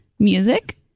Music